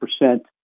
percent